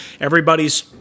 Everybody's